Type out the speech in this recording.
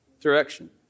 direction